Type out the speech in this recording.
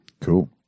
Cool